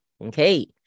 Okay